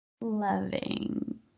Loving